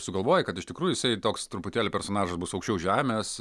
sugalvoji kad iš tikrųjų jisai toks truputėlį personažas bus aukščiau žemės